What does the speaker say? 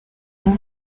uwo